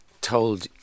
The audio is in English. told